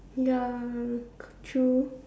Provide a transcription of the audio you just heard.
ya k~ true